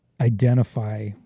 identify